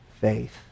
faith